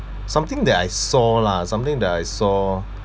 something that I saw lah something that I saw